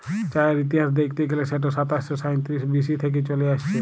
চাঁয়ের ইতিহাস দ্যাইখতে গ্যালে সেট সাতাশ শ সাঁইতিরিশ বি.সি থ্যাইকে চলে আইসছে